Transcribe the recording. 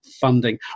funding